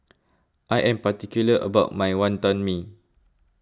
I am particular about my Wantan Mee